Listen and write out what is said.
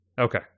Okay